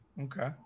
Okay